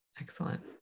Excellent